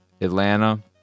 Atlanta